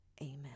Amen